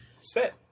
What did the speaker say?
set